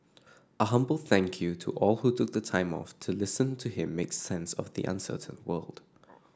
a humble thank you to all who took time off to listen to him make sense of the uncertain world